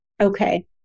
Okay